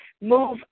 Move